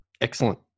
Excellent